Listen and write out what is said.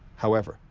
however,